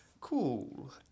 cool